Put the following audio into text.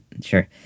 sure